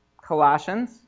Colossians